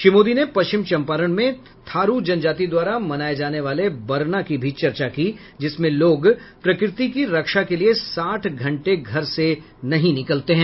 श्री मोदी ने पश्चिम चंपारण में थारू जनजाति द्वारा मनाये जाने वाले बरना की भी चर्चा की जिसमें लोग प्रकृति की रक्षा के लिये साठ घंटे घर से नहीं निकलते हैं